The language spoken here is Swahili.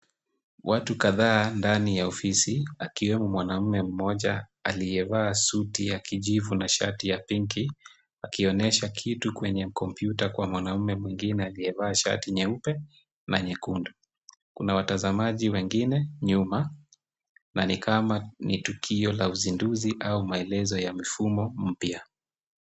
Watu kadhaa ndani ya ofisi akiwemo mwanamume mmoja aliyevaa suti ya kijivu na shati ya pinki akionesha kitu kwenye kompiuta kwa mwanamume mwengine aliyevaa shati nyeupe na nyekundu. Kuna watazamaji wengine nyuma na ni kama ni tukio la uzinduzi au maelezo ya mifumo mpya.